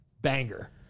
Banger